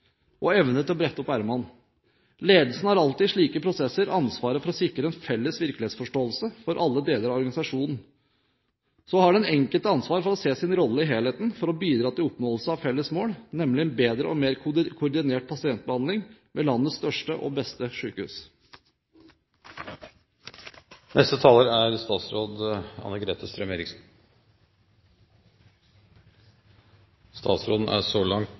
og evne til å brette opp ermene. Ledelsen har alltid i slike prosesser ansvaret for å sikre en felles virkelighetsforståelse for alle deler av organisasjonen. Så har den enkelte ansvar for å se sin rolle i helheten for å bidra til oppnåelse av felles mål, nemlig en bedre og mer koordinert pasientbehandling ved landets største og beste